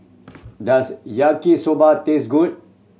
does Yaki Soba taste good